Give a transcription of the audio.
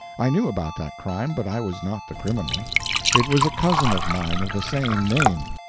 i knew about that crime, but i was not the criminal it was a cousin of mine of the same name.